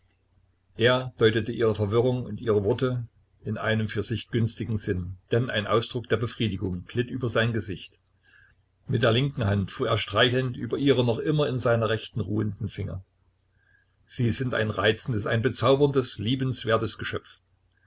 er deutete ihre verwirrung und ihre worte in einem für sich günstigen sinn denn ein ausdruck der befriedigung glitt über sein gesicht mit der linken hand fuhr er streichelnd über ihre noch immer in seiner rechten ruhenden finger sie sind ein reizendes ein bezauberndes liebenswertes geschöpf